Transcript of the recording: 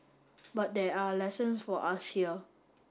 but there are lessons for us here